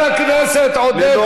חבר הכנסת עודד פורר.